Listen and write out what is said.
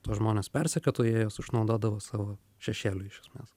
tuos žmones persekiotų jie juos išnaudodavo savo šešėliui iš esmės